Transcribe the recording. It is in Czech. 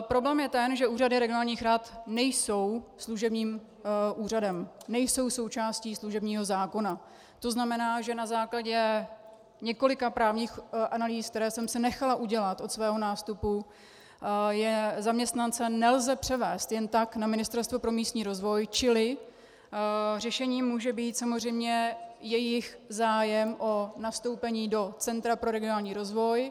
Problém je ten, že úřady regionálních rad nejsou služebním úřadem, nejsou součástí služebního zákona, to znamená, že na základě několika právních analýz, které jsem si nechala udělat od svého nástupu, zaměstnance nelze převést jen tak na Ministerstvo pro místní rozvoj, čili řešením může být samozřejmě jejich zájem o nastoupení do Centra pro regionální rozvoj.